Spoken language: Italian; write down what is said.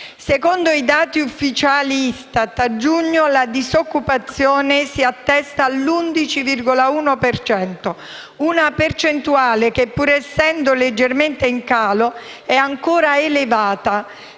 Secondo i dati ufficiali dell'ISTAT, a giugno la disoccupazione si attesta all'11,1 per cento: una percentuale che, pur essendo leggermente in calo, è ancora elevata